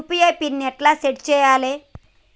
UPI pin ఎట్లా సెట్ చేయాలే?